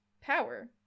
power